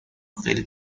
خیلی